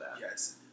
Yes